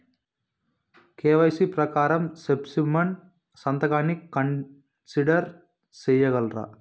KYC ప్రకారం specimen సంతకాన్ని consider సేయగలరా?